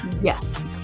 Yes